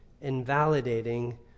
invalidating